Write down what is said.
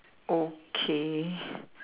okay